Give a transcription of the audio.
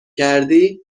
کردی